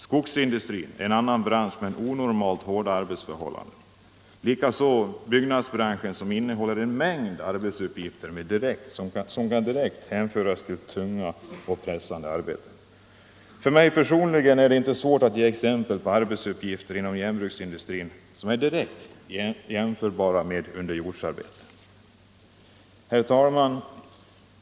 Skogsindustrin är en annan bransch med onormalt hårda arbetsförhållanden; likaså byggnadsbranschen, som innehåller en mängd arbetsuppgifter som direkt kan hänföras till tunga och pressande arbeten. För mig personligen är det inte svårt att ge exempel på arbetsuppgifter inom järnbruksindustrin, som är direkt jämförbara med underjordsarbete. Herr talman!